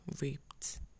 raped